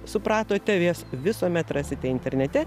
supratote jas visuomet rasite internete